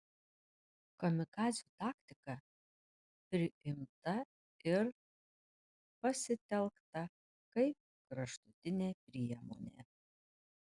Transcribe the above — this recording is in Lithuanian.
kamikadzių taktika priimta ir pasitelkta kaip kraštutinė priemonė